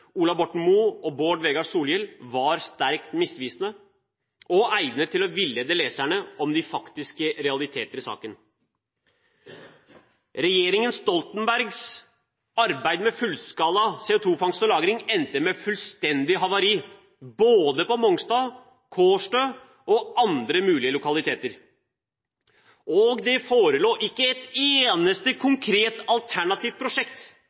Ola Borten Moe og Bård Vegar Solhjell var sterkt misvisende og egnet til å villede leserne om de faktiske realiteter i saken. Regjeringen Stoltenbergs arbeid med fullskala CO2-fangst og -lagring endte med fullstendig havari både på Mongstad, Kårstø og andre mulige lokaliteter. Og det forelå ikke et eneste konkret alternativt prosjekt